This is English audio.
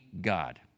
God